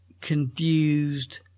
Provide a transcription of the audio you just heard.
confused